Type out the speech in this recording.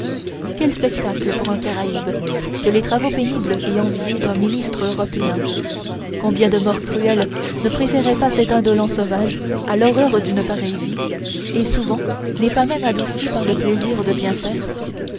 quel spectacle pour un caraïbe que les travaux pénibles et enviés d'un ministre européen combien de morts cruelles ne préférerait pas cet indolent sauvage à l'horreur d'une pareille vie qui souvent n'est pas même adoucie par le plaisir de bien faire